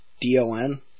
D-O-N